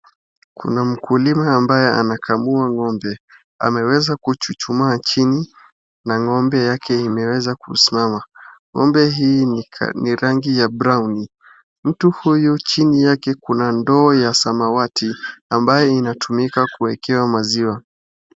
Kuna mkulima ambaye anakamua ngo'mbe. Ameweza kuchuchumaa chini, na ngo'mbe yake imeweza kusimama. Ngo'mbe hii ni rangi ya browni . Mtu huyo chini yake kuna ndoo ya samawati ambaye inatumika kuekewa maziwa.